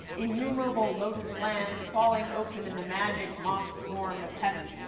innumerable lotuslands falling open in the magic mothswarm of heaven.